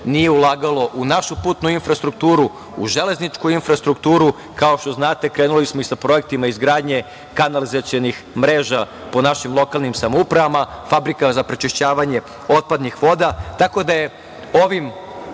nije ulagalo u našu putnu infrastrukturu, u železničku infrastrukturu. Kao što znate, krenuli smo i sa projektima izgradnje kanalizacionih mreža po našim lokalnim samoupravama, fabrika za prečišćavanje otpadnih voda.